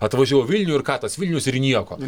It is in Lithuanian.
atvažiavau į vilnių ir ką tas vilnius ir nieko